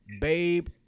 Babe